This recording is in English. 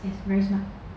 is very smart